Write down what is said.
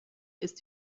ist